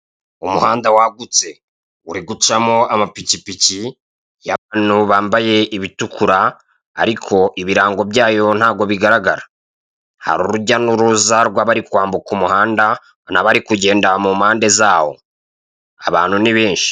Umuhanda wagutse uri gucamo amapikipiki y'abantu bambaye ibitukura ,ariko ibirango byayo ntabwo bigaragara. hari urujya n'uruza rw'abari kwambuka umuhanda n' abari kugenda mumpande zawo. abantu ni benshi.